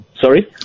Sorry